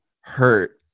hurt